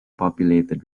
populated